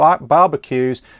barbecues